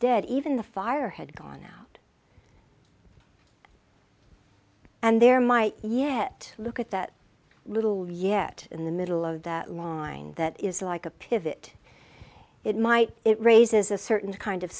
dead even the fire had gone out and there might yet look at that little yet in the middle of that long line that is like a pivot it might it raises a certain kind of